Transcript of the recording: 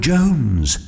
Jones